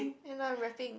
and I'm rapping